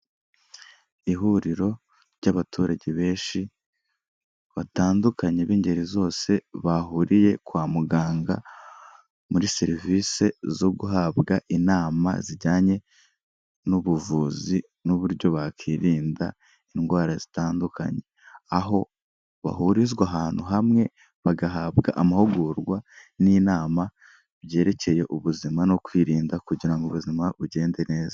Ihuriro ry'abaturage benshi batandukanye b'ingeri zose, bahuriye kwa muganga muri serivisi zo guhabwa inama zijyanye n'ubuvuzi n'uburyo bakwirinda indwara zitandukanye, aho bahurizwa ahantu hamwe bagahabwa amahugurwa n'inama byerekeye ubuzima no kwirinda kugira ngo ubuzima bugende neza.